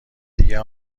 دیگه